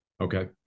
Okay